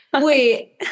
Wait